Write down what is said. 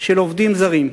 של עובדים זרים.